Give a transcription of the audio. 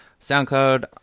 soundcloud